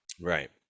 right